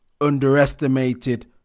underestimated